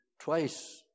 twice